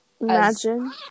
Imagine